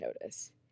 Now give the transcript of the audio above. notice